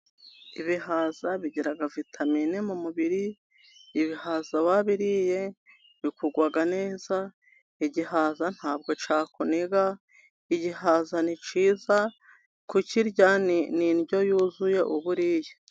Ibihaza bigira vitamine mu mubiri. Ibihaza wabiriye bikugwa neza, igihaza ntabwo cyakuniga, igihaza ni cyiza kukirya ni indyo yuzuye uba uriye.